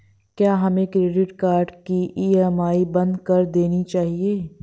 क्या हमें credit card की ई.एम.आई बंद कर देनी चाहिए?